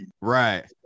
Right